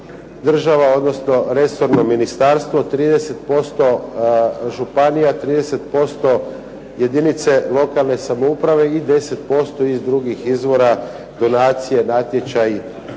odnosno resorno ministarstvo, 30% županija, 30% jedinice lokalne samouprave i 10% iz drugih izvora donacije, natječaji